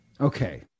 Okay